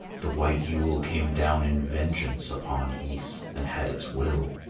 the white yule came down in vengeance upon ys, and had its will.